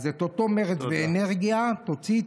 אז את אותו מרץ ואנרגיה תוציא,